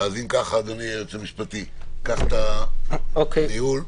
אדוני היועץ המשפטי, קח את הניהול.